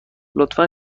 لطفا